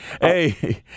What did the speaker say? Hey